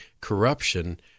corruption